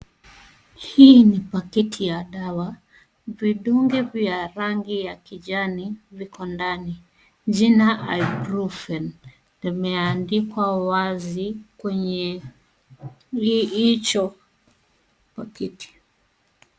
Hii ni pakiti ya dawa, vidonge vya rangi ya kijani viko ndani. Jina ya ibrufen imeandikwa wazi kwenye pakiti.